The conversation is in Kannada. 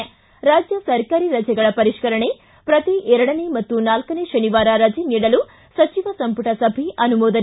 ಿ ರಾಜ್ಯ ಸರ್ಕಾರಿ ರಜೆಗಳ ಪರಿಷ್ಠರಣೆ ಪ್ರತಿ ಎರಡನೇ ಮತ್ತು ನಾಲ್ಲನೇ ಶನಿವಾರ ರಜೆ ನೀಡಲು ಸಚಿವ ಸಂಪುಟ ಸಭೆ ಅನುಮೋದನೆ